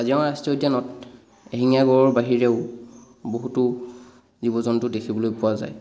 কাজিৰঙা ৰাষ্ট্ৰীয় উদ্যানত এশিঙীয়া গঁড়ৰ বাহিৰেও বহুতো জীৱ জন্তু দেখিবলৈ পোৱা যায়